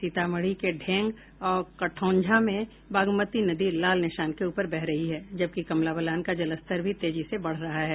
सीतामढ़ी के ढेंग और कटौंझा में बागमती नदी लाल निशान से ऊपर बह रही है जबकि कमला बलान का जलस्तर भी तेजी से बढ़ रहा है